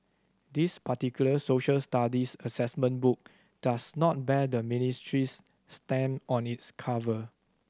this particular Social Studies assessment book does not bear the ministry's stamp on its cover